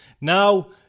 now